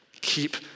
keep